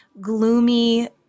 gloomy